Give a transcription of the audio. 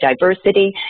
diversity